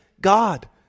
God